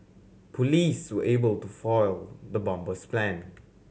police were able to foil the bomber's plan